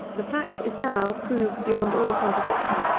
the fact is now proved beyond all contradiction,